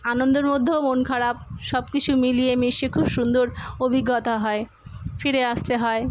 আনন্দের মধ্যেও মন খারাপ সবকিছু মিলিয়ে মিশিয়ে খুব সুন্দর অভিজ্ঞতা হয় ফিরে আসতে হয়